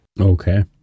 Okay